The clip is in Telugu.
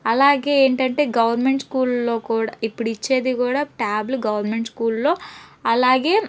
అలాగే ఏంటంటే గవర్నమెంట్ స్కూలలో కూడా ఇప్పుడు ఇచ్చేది కూడా ట్యాబ్లో గవర్నమెంట్ స్కూల్లో అలాగే